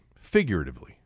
figuratively